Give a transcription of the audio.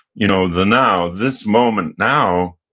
you know the now, this moment now